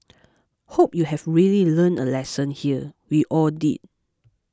hope you have really learned a lesson here we all did